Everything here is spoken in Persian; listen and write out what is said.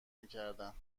میکردن